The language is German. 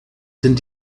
sind